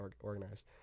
organized